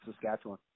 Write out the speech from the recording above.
Saskatchewan